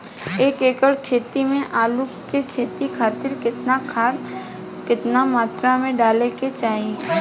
एक एकड़ खेत मे आलू के खेती खातिर केतना खाद केतना मात्रा मे डाले के चाही?